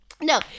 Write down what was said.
no